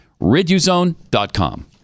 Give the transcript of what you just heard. riduzone.com